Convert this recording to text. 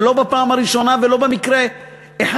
ולא בפעם הראשונה ולא במקרה אחד,